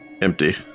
empty